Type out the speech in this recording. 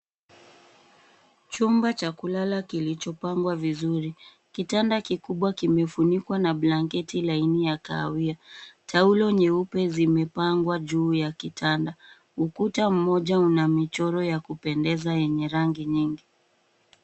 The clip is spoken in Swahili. Chumba cha kulala kilicho pangwa vizuri. Kitanda kikubwa kimefunikwa na blanketi laini ya kahawia, taulo nyeupe zimepangwa juu ya kitanda. Ukuta mmoja una michoro ya kupendeza yenye rangi nyingi.